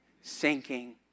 Sinking